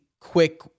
quick